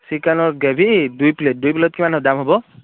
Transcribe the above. চিকেনৰ গ্ৰেভি দুই প্লে'ট দুই প্লে'ট কিমান মান দাম হ'ব